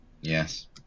Yes